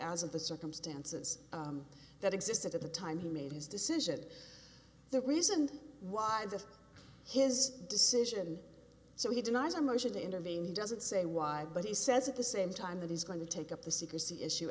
as of the circumstances that existed at the time he made his decision the reason why this his decision so he denies a motion to intervene he doesn't say why but he says at the same time that he's going to take up the secrecy issue